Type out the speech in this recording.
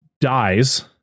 dies